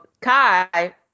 Kai